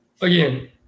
again